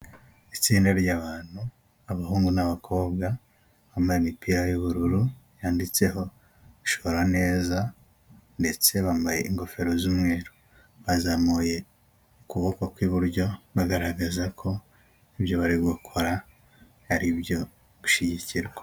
Itsinda ry'abantu, abahungu n'abakobwa bambara imipira y'ubururu yanditseho ishora neza ndetse bambaye ingofero z'umweru bazamuye ukuboko kw'iburyo bagaragaza ko ibyo bari gukora ari ibyo gushyigikirwa.